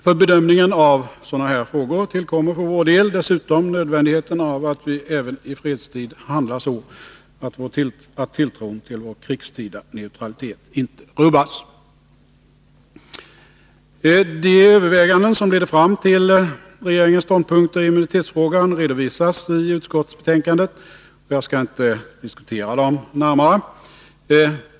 För bedömningen av sådana här frågor tillkommer för vår del dessutom nödvändigheten av att vi även i fredstid handlar så att tilltron till vår krigstida neutralitet inte rubbas. De överväganden som ledde fram till regeringens ståndpunkter i immunitetsfrågan redovisas i utskottsbetänkandet, och jag skall inte diskutera dem närmare.